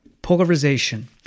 polarization